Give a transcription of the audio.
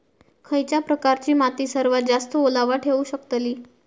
खयच्या प्रकारची माती सर्वात जास्त ओलावा ठेवू शकतली?